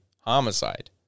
homicide